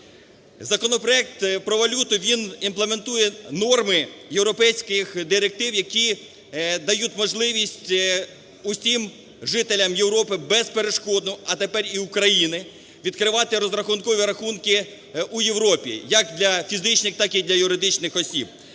Законопроект про валюту, він імплементує норми європейських директив, які дають можливість усім жителям Європи безперешкодно, а тепер і України відкривати розрахункові рахунки у Європі як для фізичних, так і для юридичних осіб.